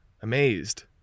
amazed